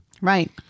Right